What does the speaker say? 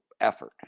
effort